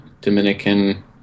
Dominican